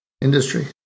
industry